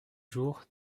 jour